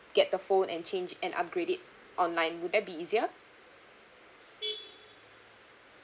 get the phone and change and upgrade it online would that be easier